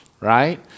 right